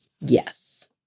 Yes